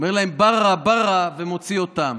אומר להם: ברא, ברא, ומוציא אותם.